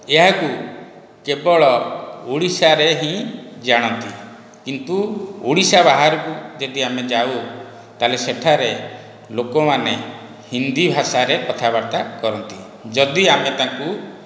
ଏହାକୁ କେବଳ ଓଡ଼ିଶାରେ ହିଁ ଜାଣନ୍ତି କିନ୍ତୁ ଓଡ଼ିଶା ବାହାରକୁ ଯଦି ଆମେ ଯାଉ ତାହେଲେ ସେଠାରେ ଲୋକମାନେ ହିନ୍ଦୀ ଭାଷାରେ କଥାବାର୍ତ୍ତା କରନ୍ତି ଯଦି ଆମେ ତାକୁ